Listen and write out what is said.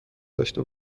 داشته